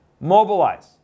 mobilize